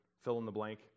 fill-in-the-blank